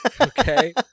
okay